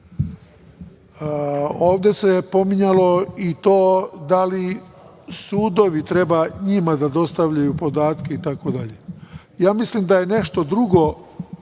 ovde se pominjalo i to da li sudovi treba njima da dostavljaju podatke itd. Ja mislim da je nešto drugo